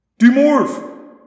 Demorph